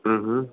ಹ್ಞೂ ಹ್ಞೂ